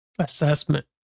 Assessment